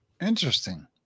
Interesting